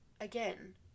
again